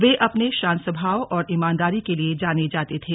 वे अपने शांत स्वभाव और ईमानदारी के लिए जाने जाते थे